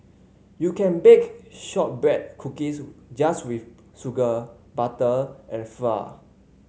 you can bake shortbread cookies just with sugar butter and flour